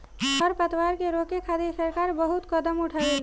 खर पतवार के रोके खातिर सरकार बहुत कदम उठावेले